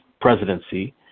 presidency